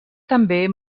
també